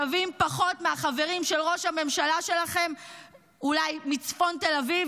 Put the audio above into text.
הם שווים פחות מהחברים של ראש הממשלה שלכם אולי מצפון תל אביב,